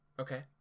Okay